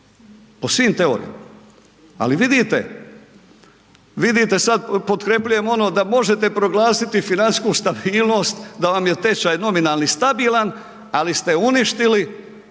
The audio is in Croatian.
po svim teorijama. Ali vidite, vidite sad potkrepljujem ono da možete proglasiti financijsku stabilnost da vam je tečaj nominalni stabilan, ali ste uništili,